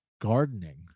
gardening